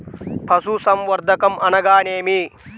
పశుసంవర్ధకం అనగానేమి?